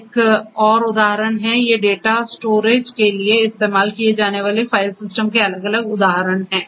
एक और उदाहरण है ये डेटा स्टोरेज के लिए इस्तेमाल किए जाने वाले फाइल सिस्टम के अलग अलग उदाहरण हैं